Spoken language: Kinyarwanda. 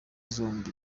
zombi